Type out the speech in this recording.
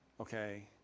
okay